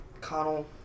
Connell